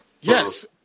Yes